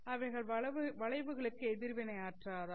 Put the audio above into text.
அவைகள் வளைவுகளுக்கு எதிர்வினை ஆற்றாதா